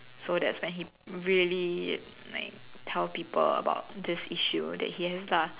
so that's when he really like tell people about this issue that he has lah